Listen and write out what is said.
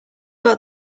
got